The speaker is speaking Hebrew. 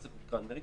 כנראה